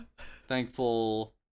Thankful